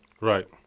Right